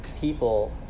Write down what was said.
people